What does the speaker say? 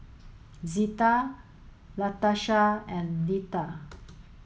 Zita Latarsha and Leatha